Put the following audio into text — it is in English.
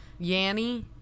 Yanny